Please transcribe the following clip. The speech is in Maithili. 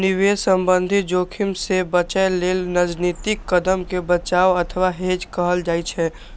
निवेश संबंधी जोखिम सं बचय लेल रणनीतिक कदम कें बचाव अथवा हेज कहल जाइ छै